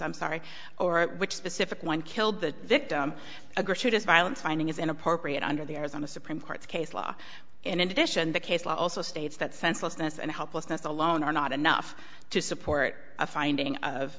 i'm sorry or which specific one killed the victim a gratuitous violence finding is inappropriate under the arizona supreme court's case law in addition the case law also states that senselessness and helplessness alone are not enough to support a finding of